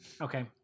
Okay